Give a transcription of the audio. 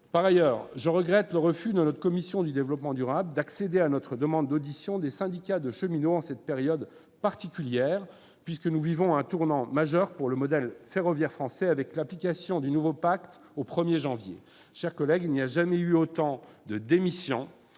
Par ailleurs, je regrette le refus de la commission du développement durable d'accéder à notre demande d'audition des syndicats de cheminots en cette période particulière, puisque nous vivons un tournant majeur pour le modèle ferroviaire français avec l'application du nouveau pacte au 1 janvier 2020. Il n'y a jamais eu autant de démissions